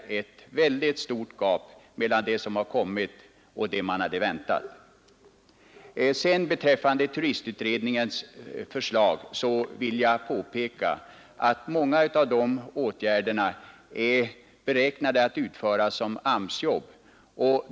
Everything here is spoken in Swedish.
Det finns ett stort gap mellan det som skett och det som man har väntat. Vad turistutredningens förslag beträffar vill jag påpeka att många av dessa åtgärder är beräknade att utföras som AMS-jobb.